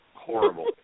horrible